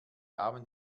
abend